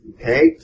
Okay